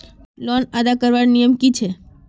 Loan अदा करवार नियम की छे?